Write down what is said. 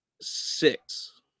six